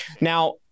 now